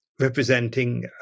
representing